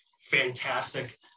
fantastic